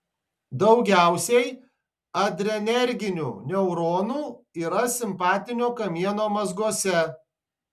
daugiausiai adrenerginių neuronų yra simpatinio kamieno mazguose